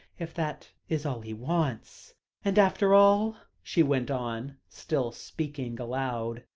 if that is all he wants and after all, she went on, still speaking aloud,